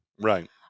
right